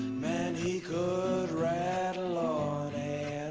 man, he could rattle ah